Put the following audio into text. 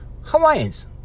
Hawaiians